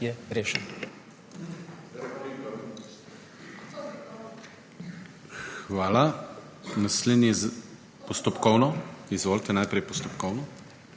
je rešen.